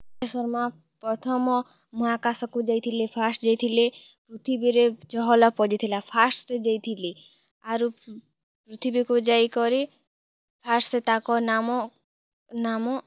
ରାକେଶ ଶର୍ମା ପ୍ରଥମ ମହାକାଶକୁ ଯାଇଥିଲେ ଫାଷ୍ଟ୍ ଯାଇଥିଲେ ପୃଥିବୀରେ ଚହଲ ପଡ଼ିଥିଲା ଫାଷ୍ଟ୍ ସିଏ ଯାଇଥିଲେ ଆରୁ ପୃଥିବୀକୁ ଯାଇକରି ଫାଷ୍ଟ୍ ସେ ତାଙ୍କ ନାମ ନାମ